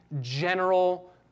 General